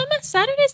Saturdays